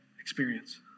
experience